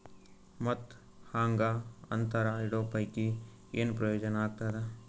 ಮತ್ತ್ ಹಾಂಗಾ ಅಂತರ ಇಡೋ ಪೈಕಿ, ಏನ್ ಪ್ರಯೋಜನ ಆಗ್ತಾದ?